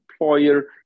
employer